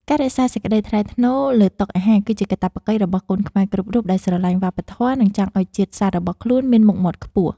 ការរក្សាសេចក្តីថ្លៃថ្នូរលើតុអាហារគឺជាកាតព្វកិច្ចរបស់កូនខ្មែរគ្រប់រូបដែលស្រឡាញ់វប្បធម៌ និង ចង់ឱ្យជាតិសាសន៍របស់ខ្លួនមានមុខមាត់ខ្ពស់។